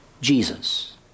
Jesus